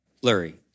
blurry